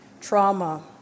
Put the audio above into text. trauma